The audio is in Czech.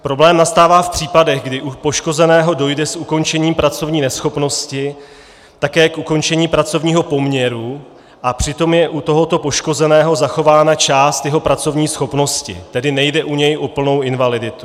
Problém nastává v případech, kdy u poškozeného dojde s ukončením pracovní neschopnosti také k ukončení pracovního poměru a přitom je u tohoto poškozeného zachována část jeho pracovní schopnosti, tedy nejde u něj o plnou invaliditu.